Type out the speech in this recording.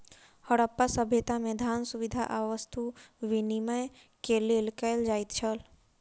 हरप्पा सभ्यता में, धान, सुविधा आ वस्तु विनिमय के लेल कयल जाइत छल